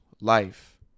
life